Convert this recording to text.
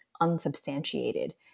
unsubstantiated